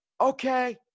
okay